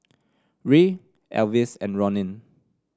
Ray Elvis and Ronin